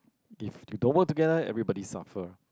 if you don't work together everybody suffer